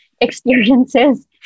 experiences